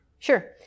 sure